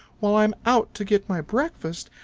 while i am out to get my breakfast,